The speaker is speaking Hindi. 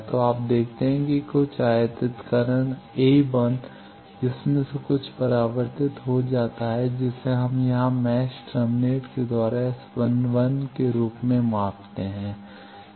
तो आप देखते हैं कि कुछ आयातित तरंग a1 जिसमें से कुछ परावर्तित हो जाता है जिसे हम यहाँ मैच टर्मिनेट के द्वारा S11 के रूप में मापते हैं